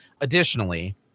additionally